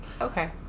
okay